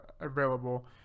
available